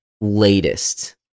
latest